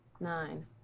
nine